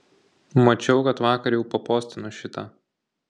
mačiau kad vakar jau papostino šitą